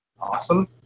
awesome